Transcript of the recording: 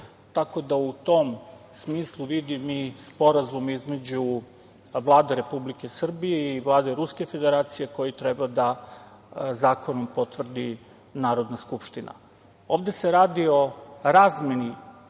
tako da u tom smislu vidim i sporazum između Vlade Republike Srbije i Vlade Ruske Federacije koji treba da zakonom potvrdi Narodna skupština. Ovde se radi o razmeni